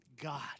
God